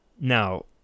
Now